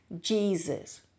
Jesus